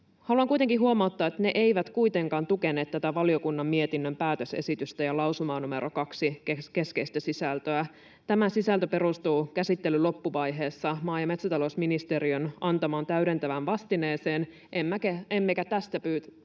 haluan kuitenkin huomauttaa, että ne eivät kuitenkaan tukeneet tätä valiokunnan mietinnön päätösesitystä ja lausuman numero 2 keskeistä sisältöä. Tämä sisältö perustuu käsittelyn loppuvaiheessa maa- ja metsätalousministeriön antamaan täydentävään vastineeseen, emmekä tästä pyytäneet